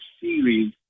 series